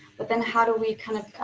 but, then how do we kind of